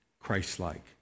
Christ-like